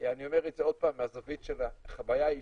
אני אומר את זה עוד פעם מהזווית של החוויה האישית,